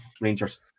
Rangers